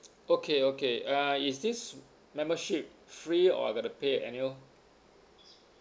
okay okay uh is this membership free or I got to pay annual